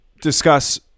discuss